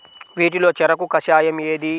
వీటిలో చెరకు కషాయం ఏది?